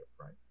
right